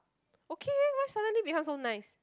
okay why suddenly become so nice